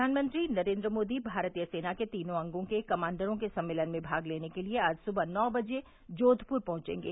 प्रधानमंत्री नरेंद्र मोदी भारतीय सेना के तीनों अंगों के कमांडरों के सम्मेलन में भाग लेने के लिए आज सुबह नौ बजे जोघपुर पहुंचेंगे